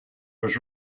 was